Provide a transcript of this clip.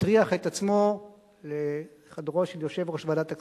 הטריח את עצמו לחדרו של יושב-ראש ועדת הכספים,